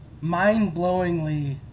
mind-blowingly